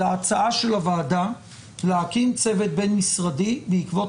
להצעה של הוועדה להקים צוות בין-משרדי בעקבות